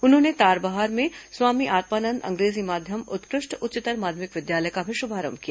उन्होंने तारबहार में स्वामी आत्मानंद अंग्रेजी माध्यम उत्कृष्ट उच्चतर माध्यमिक विद्यालय का भी शुभारंभ किया